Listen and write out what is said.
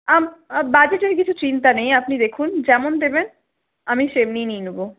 বাজেটের কিছু চিন্তা নেই আপনি দেখুন যেমন দেবেন আমি তেমনিই নিয়ে নেব